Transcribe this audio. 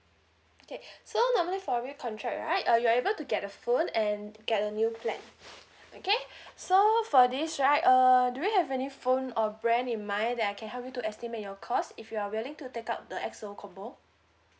okay so normally for recontract right uh you are able to get a phone and to get a new plan okay so for this right err do you have any phone or brand in mind that I can help you to estimate your cost if you are willing to take up the X O combo